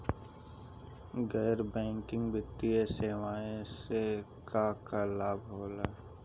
गैर बैंकिंग वित्तीय सेवाएं से का का लाभ होला?